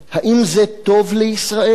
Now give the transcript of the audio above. האם זה טוב לישראל?